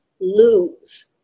lose